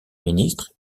ministre